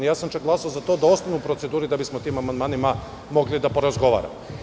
Čak sam i glasao za to da ostanu u proceduri, da bismo o tim amandmanima mogli da porazgovaramo.